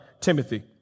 Timothy